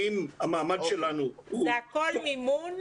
האם המעמד שלנו הוא --- זה הכול מימון?